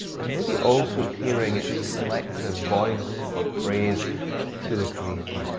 and maybe also hearing its collective voice of praise to the creator,